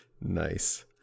Nice